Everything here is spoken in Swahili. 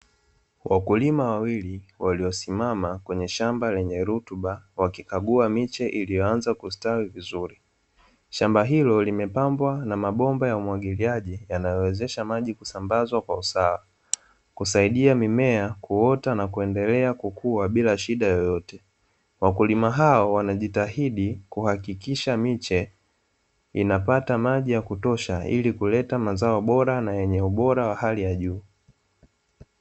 Wakulima wawili waliosimama kwenye shamba lenye rutuba wakikagua miche iliyoanza kustawi vizuri, shamba hilo limepambwa na mabomba ya umwagiliaji yanayowezesha maji kusambazwa kwa usawa, kusaidia mimea kuota na kuendelea kukua bila shida yoyote, wakulima hao wanajitahidi kuhakikisha miche inapata maji ya kutosha ili kuleta mazao bora na yenye ubora wa hali ya juu.